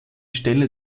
stelle